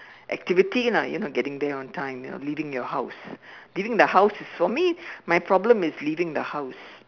activity lah you know getting there on time you know leaving your house leaving the house is for me my problem is leaving the house